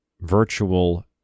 virtual